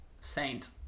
saint